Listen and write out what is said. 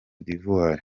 d’ivoire